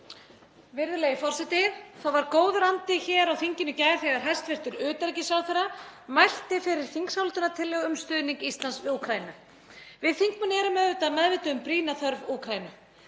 Virðulegi forseti. Það var góður andi hér á þinginu í gær þegar hæstv. utanríkisráðherra mælti fyrir þingsályktunartillögu um stuðning Íslands við Úkraínu. Við þingmenn erum auðvitað meðvituð um brýna þörf Úkraínu.